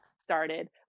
started